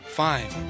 fine